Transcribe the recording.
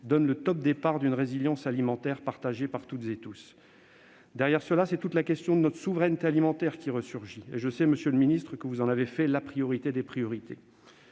donne le top départ d'une résilience alimentaire partagée par toutes et tous ? Derrière cela, c'est toute la question de notre souveraineté alimentaire qui ressurgit. Je sais, monsieur le ministre, que vous en avez fait la priorité des priorités.